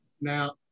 now